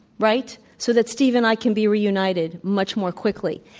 right, so that steve and i can be reunited much more quickly.